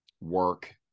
work